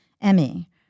Emmy